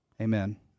Amen